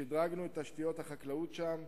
שדרגנו את תשתיות החקלאות שם,